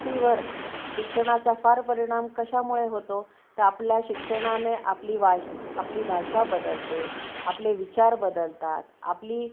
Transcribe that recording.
तीवर शिक्षणाचा फार परिणाम कशामुळे होतो तर आपल्या शिक्षणाने आपली वाष आपली भाषा बदलते आपले विचार बदलतात आपली